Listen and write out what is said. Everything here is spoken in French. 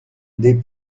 des